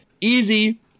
Easy